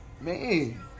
man